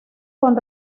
con